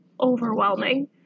overwhelming